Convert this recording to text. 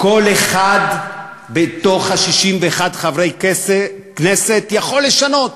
כל אחד בתוך 61 חברי הכנסת יכול לשנות,